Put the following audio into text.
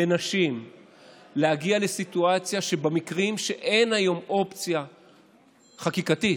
לנשים להגיע לסיטואציה שבמקרים שאין היום אופציה חקיקתית,